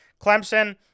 Clemson